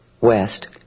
west